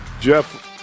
Jeff